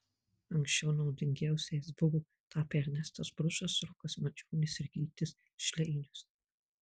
anksčiau naudingiausiais buvo tapę ernestas bružas rokas mažionis ir gytis šleinius